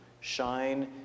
shine